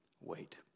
wait